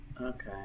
Okay